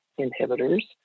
inhibitors